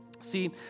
See